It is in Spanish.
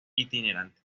itinerante